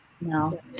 no